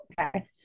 okay